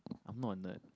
I'm not a nerd